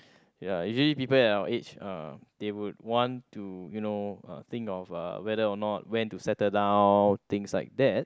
ya usually people at our age uh they would want to you know uh think of uh whether or not when to settle down things like that